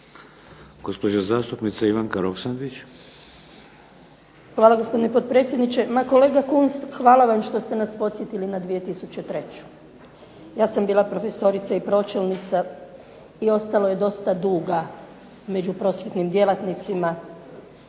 Roksandić. **Roksandić, Ivanka (HDZ)** Hvala gospodine potpredsjedniče. Ma kolega Kunst hvala vam što ste nas podsjetili na 2003. Ja sam bila profesorica i pročelnica i ostalo je dosta duga među prosvjetnim djelatnicima